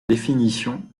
définition